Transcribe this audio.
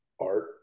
art